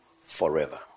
forever